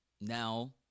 Now